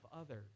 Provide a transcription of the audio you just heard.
others